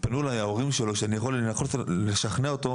ההורים שלו פנו אלי שאשכנע אותו,